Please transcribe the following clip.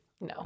No